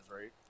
right